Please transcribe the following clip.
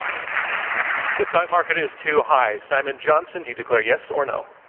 um the stock market is too high. simon johnson, do you declare yes or no?